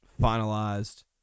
finalized